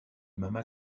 mama